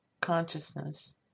consciousness